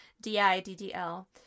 D-I-D-D-L